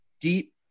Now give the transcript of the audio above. deep